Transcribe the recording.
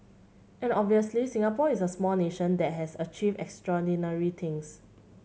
and obviously Singapore is a small nation that has achieved extraordinary things